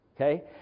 okay